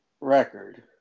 record